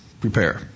prepare